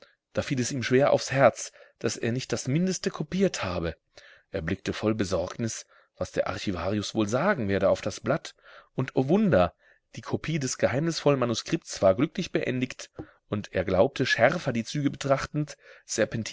da fiel es ihm schwer aufs herz daß er nicht das mindeste kopiert habe er blickte voll besorgnis was der archivarius wohl sagen werde auf das blatt und o wunder die kopie des geheimnisvollen manuskripts war glücklich beendigt und er glaubte schärfer die züge betrachtend